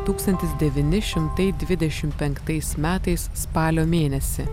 tūkstantis devyni šimtai dvidešimt penktais metais spalio mėnesį